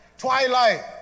Twilight